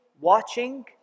watching